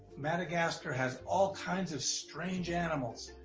madagascar has all kinds of strange animals.